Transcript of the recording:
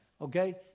okay